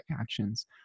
actions